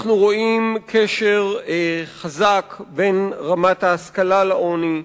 אנחנו רואים קשר חזק בין רמת ההשכלה לעוני: